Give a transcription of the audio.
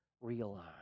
realize